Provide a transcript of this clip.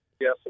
Yes